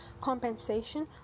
compensation